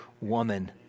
woman